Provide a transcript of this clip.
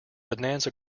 bonanza